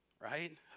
right